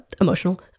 emotional